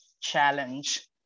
challenge